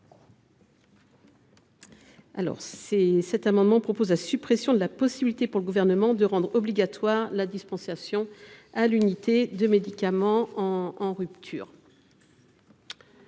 292. Cet amendement vise à supprimer la possibilité pour le Gouvernement de rendre obligatoire la dispensation à l’unité de médicaments en cas de